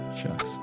shucks